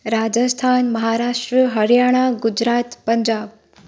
Rajasthan Maharashtra Haryana Gujarat Punjab